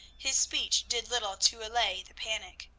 his speech did little to allay the panic.